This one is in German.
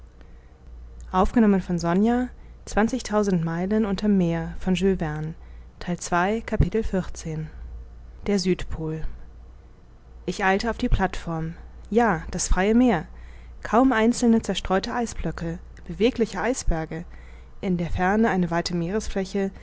südpol ich eilte auf die plateform ja das freie meer kaum einzelne zerstreute eisblöcke bewegliche eisberge in der ferne eine weite